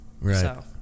Right